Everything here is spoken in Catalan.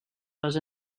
les